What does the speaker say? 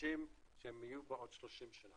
האנשים שהם יהיו בעוד 30 שנה.